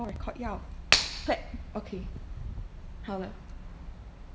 record 要 clap okay 好了